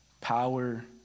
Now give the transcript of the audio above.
Power